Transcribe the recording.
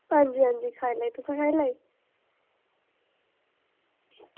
आं जी आं खानी तुसें खाई लेई